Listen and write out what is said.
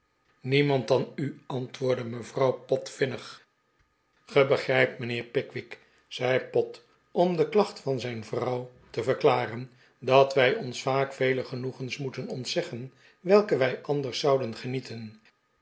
niemand dan u ahtwoordde mevrouw pott vinnig gij begrijpt mijnheer pickwick zei pott om de klacht van zijn vrouw te verklaren dat wij ons vaak vele genoegens moeten ontzeggen welke wij anders zou den kunnen genieten